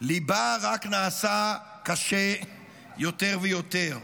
ליבה רק נעשה קשה יותר ויותר.